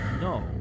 no